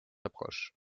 approches